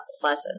pleasant